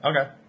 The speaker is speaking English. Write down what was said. Okay